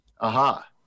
Aha